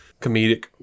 comedic